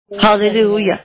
Hallelujah